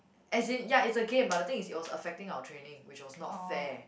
as in ya is a game but the thing is it was affecting our training which was not fair